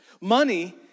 Money